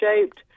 shaped